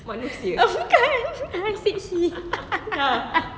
oh bukan